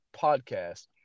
podcast